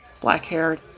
black-haired